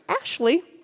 Ashley